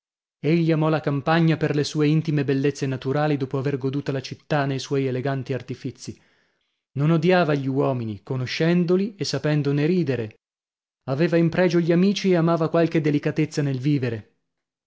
vita egli amò la campagna per le sue intime bellezze naturali dopo aver goduta la città nei suoi eleganti artifizi non odiava gli uomini conoscendoli e sapendone ridere aveva in pregio gli amici e amava qualche delicatezza nel vivere